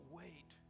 wait